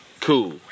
cool